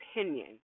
opinion